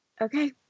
Okay